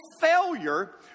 failure